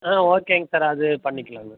ஆ ஓகேங்க சார் அது பண்ணிக்கலாங்க